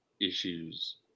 issues